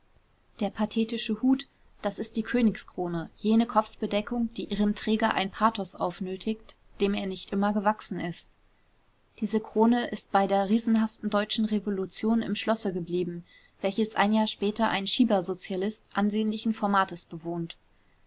der pathetische hut das ist die königskrone jene kopfbedeckung die ihrem träger ein pathos aufnötigt dem er nicht immer gewachsen ist diese krone ist bei der riesenhaften deutschen revolution im schlosse geblieben welches ein jahr später ein schieber-sozialist ansehnlichen formates bewohnt